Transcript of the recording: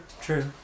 true